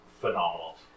phenomenal